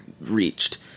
reached